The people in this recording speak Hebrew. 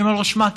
אני אומר לו: שמע,